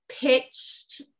pitched